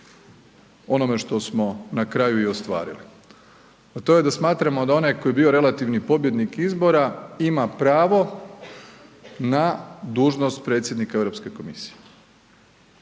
onome što smo na kraju i ostvarili, a to je da smatramo da onaj tko je bio relativni pobjednik izbora ima pravo na dužnost predsjednika Europske komisije.